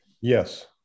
Yes